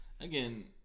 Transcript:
again